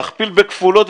תכפיל בכפולות,